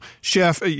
chef